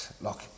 look